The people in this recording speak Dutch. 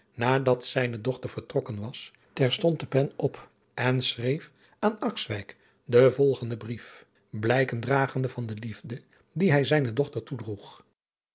nadat zijne dochter vertrokken was terstond de pen op en schreef aan akswijk den volgendan brief blijken dragende van de liefde die hij zijne dochter